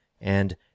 and—